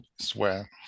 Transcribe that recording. swear